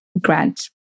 Grant